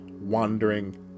wandering